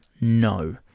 No